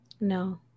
No